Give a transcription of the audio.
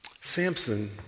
Samson